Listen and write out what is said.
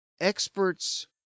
Experts